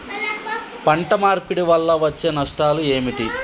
పంట మార్పిడి వల్ల వచ్చే నష్టాలు ఏమిటి?